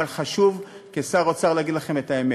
אבל חשוב לי כשר האוצר להגיד לכם את האמת: